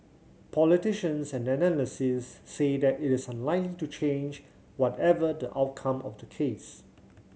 politicians and analysts says say that is unlikely to change whatever the outcome of the case